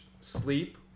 sleep